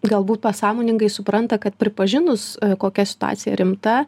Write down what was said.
galbūt pasąmoningai supranta kad pripažinus kokia situacija rimta